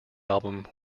album